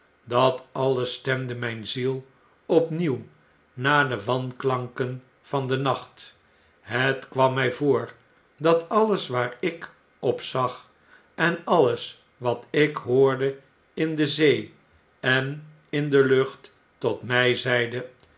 dat alles stemde mijn ziel opnieuw na de wanklanken van den nacht het kwam my voor dat alles waar ik op zag en alles wat ik hoorde in de zee en in de lucht tot my zeide